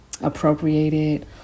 appropriated